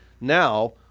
now